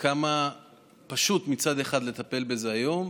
כמה פשוט, מצד אחד, לטפל בזה היום,